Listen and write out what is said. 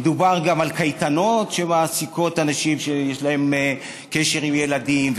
מדובר גם על קייטנות שמעסיקות אנשים שיש להם קשר עם ילדים,